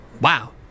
Wow